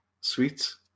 sweets